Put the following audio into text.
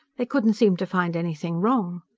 they couldn't seem to find anything wrong.